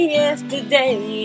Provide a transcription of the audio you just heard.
yesterday